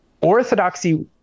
orthodoxy